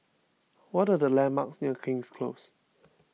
what are the landmarks near King's Close